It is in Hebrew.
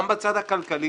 גם בצד הכלכלי.